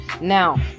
Now